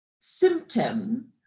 symptom